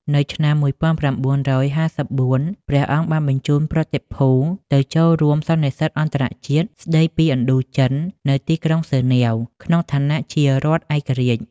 នៅឆ្នាំ១៩៥៤ ព្រះអង្គបានបញ្ជូនប្រតិភូទៅចូលរួមសន្និសីទអន្តរជាតិស្ដីពីឥណ្ឌូចិននៅទីក្រុងហ្សឺណែវ ក្នុងឋានៈជារដ្ឋឯករាជ្យ។